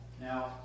Now